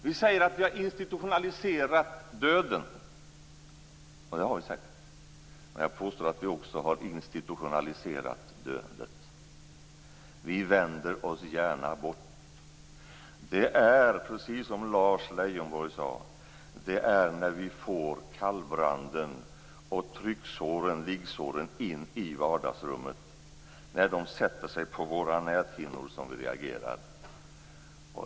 Vi säger att vi har institutionaliserat döden, och det har vi säkert. Jag påstår att vi också har institutionaliserat döendet. Vi vänder oss gärna bort. Det är, precis som Lars Leijonborg sade, när vi får kallbranden, trycksåren och liggsåren in i vardagsrummet, när de sätter sig på våra näthinnor, som vi reagerar.